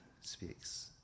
speaks